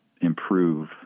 improve